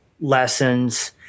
lessons